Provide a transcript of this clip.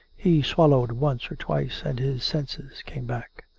he swallowed once or twice and his senses came back.